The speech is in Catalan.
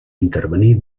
intervenir